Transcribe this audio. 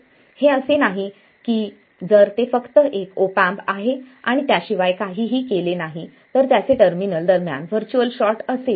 हे असे नाही की जर ते फक्त एक ऑप एम्प आहे आणि त्याशिवाय काहीही केले नाही तर त्याचे टर्मिनल दरम्यान व्हर्च्युअल शॉर्ट असेल